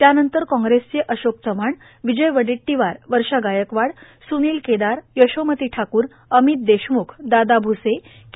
त्यानंतर काँग्रेसचे अशोक चव्हाण विजय वडेट्टीवार वर्षा गायकवाड स्नील केदार यशोमती ठाकूर अमित देशम्ख दादा भ्से के